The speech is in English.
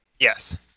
Yes